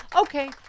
Okay